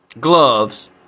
gloves